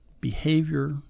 behavior